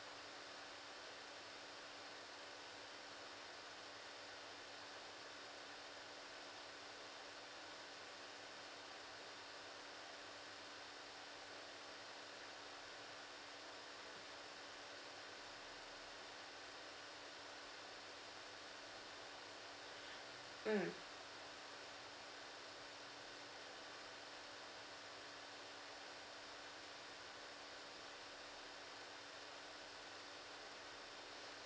mm